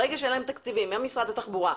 ברגע שאין להם תקציבים ממשרד התחבורה,